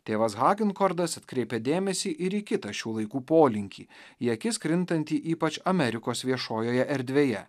tėvas hagenkordas atkreipia dėmesį ir į kitą šių laikų polinkį į akis krintanti ypač amerikos viešojoje erdvėje